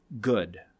good